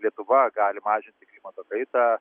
lietuva gali mažinti klimato kaitą